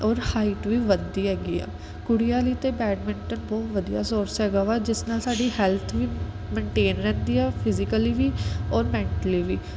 ਔਰ ਹਾਈਟ ਵੀ ਵੱਧਦੀ ਹੈਗੀ ਆ ਕੁੜੀਆਂ ਲਈ ਅਤੇ ਬੈਡਮਿੰਟਨ ਬਹੁਤ ਵਧੀਆ ਸੋਰਸ ਹੈਗਾ ਵਾ ਜਿਸ ਨਾਲ ਸਾਡੀ ਹੈਲਥ ਵੀ ਮਨਟੇਨ ਰਹਿੰਦੀ ਆ ਫਿਜ਼ੀਕਲੀ ਵੀ ਔਰ ਮੈਂਟਲੀ ਵੀ